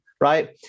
right